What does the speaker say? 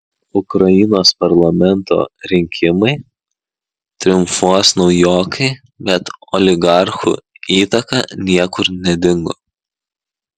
ukrainos parlamento rinkimai triumfuos naujokai bet oligarchų įtaka niekur nedingo